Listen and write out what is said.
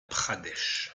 pradesh